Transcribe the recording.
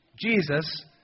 Jesus